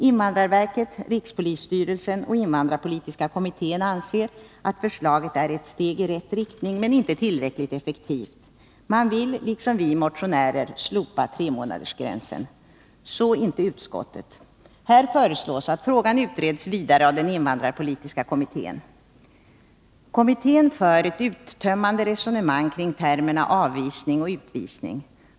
Invandrarverket, rikspolisstyrelsen och invandrarpolitiska kommittén anser att förslaget är ett steg i rätt riktning men inte tillräckligt effektivt. Man vill liksom vi motionärer slopa tremånadersgränsen — så inte utskottet. Här föreslås att frågan utreds vidare av den invandrarpolitiska kommittén. Kommittén för ett uttömmande resonemang kring termerna avvisning och utvisning.